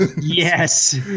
Yes